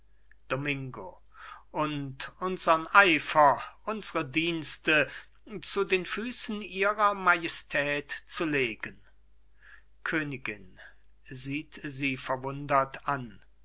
domingo und unsern eifer unsre dienste zu den füßen ihrer majestät zu legen königin sieht sie verwundernd an